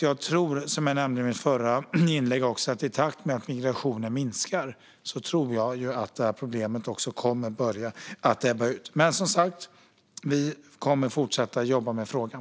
Jag tror, som jag nämnde i mitt förra inlägg, att i takt med att migrationen minskar kommer det här problemet också att börja ebba ut. Men regeringen kommer som sagt att fortsätta jobba med frågan.